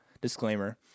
Disclaimer